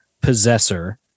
possessor